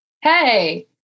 hey